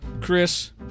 Chris